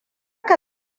ka